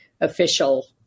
official